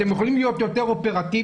אתם יכולים להיות יותר אופרטיביים,